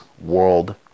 world